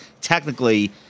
technically